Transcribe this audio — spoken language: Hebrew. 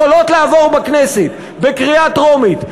יכולות לעבור בכנסת בקריאה טרומית,